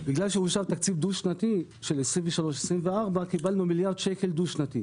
בגלל שאושר תקציב דו-שנתי של 2023-2024 קיבלנו מיליארד ₪ דו-שנתי.